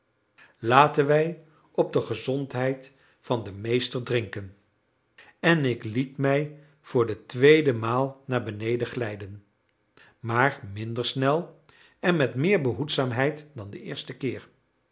laten wij op de gezondheid van den meester drinken en ik liet mij voor de tweede maal naar beneden glijden maar minder snel en met meer behoedzaamheid dan den eersten keer